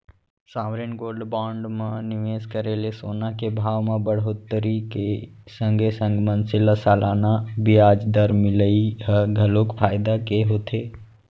sovereign gold bond म निवेस करे ले सोना के भाव म बड़होत्तरी के संगे संग मनसे ल सलाना बियाज दर मिलई ह घलोक फायदा के होथे